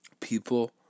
People